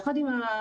ביחד עם המל"ג,